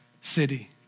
city